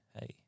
Hey